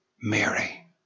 Mary